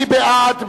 מי בעד?